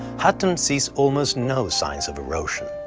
hutton sees almost no signs of erosion.